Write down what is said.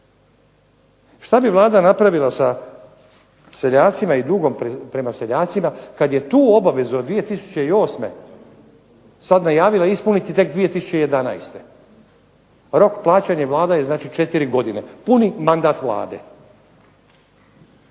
Šta bi Vlada napravila sa seljacima i dugom prema seljacima kad je tu obavezu od 2008. sad najavila ispuniti tek 2011.? Rok plaćanja vlade je znači četiri godine, puni mandat Vlade.